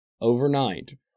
Overnight